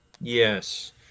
Yes